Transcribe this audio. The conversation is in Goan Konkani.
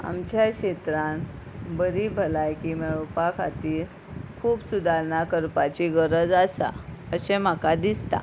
आमच्या क्षेत्रांत बरी भलायकी मेळोवपा खातीर खूब सुदारणां करपाची गरज आसा अशें म्हाका दिसता